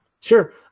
Sure